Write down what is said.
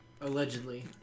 Allegedly